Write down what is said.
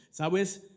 ¿Sabes